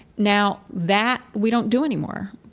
now, that, we don't do anymore,